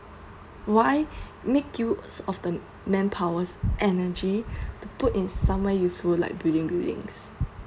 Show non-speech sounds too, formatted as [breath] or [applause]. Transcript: why make use of the manpower energy [breath] to put in somewhere useful like building buildings